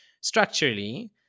structurally